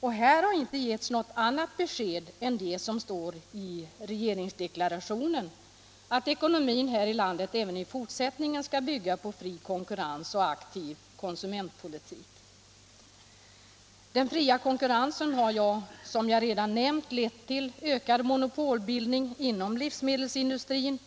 Och här har inte givits något annat besked än det som står i regeringsdeklarationen, att ekonomin i landet även i fortsättningen skall bygga på ”fri konkurrens och en aktiv konsumentpolitik”. Den fria konkurrensen har som jag redan nämnt lett till ökad monopolbildning inom livsmedelsindustrin,